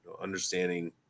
Understanding